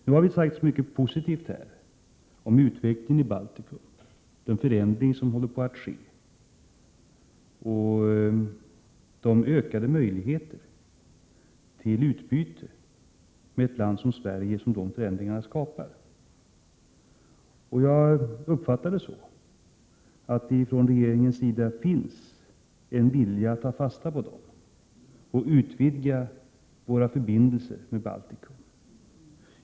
Det har sagts mycket positivt här om utvecklingen i Baltikum, om den förändring som håller på att ske och om de ökade möjligheter till utbyte med ett land som Sverige som de förändringarna skapar. Jag uppfattar det så att det från regeringens sida finns en vilja att ta fasta på detta och utvidga våra förbindelser med Baltikum.